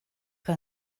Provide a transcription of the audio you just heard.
que